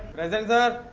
present sir.